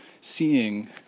seeing